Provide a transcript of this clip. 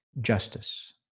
justice